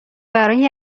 برای